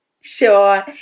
Sure